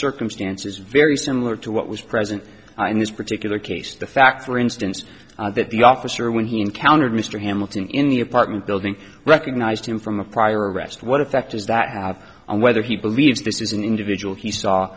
circumstances very similar to what was present in this particular case the fact for instance that the officer when he encountered mr hamilton in the apartment building recognized him from a prior arrest what effect does that have on whether he believes this is an individual he saw